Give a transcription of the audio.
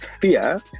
fear